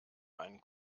einen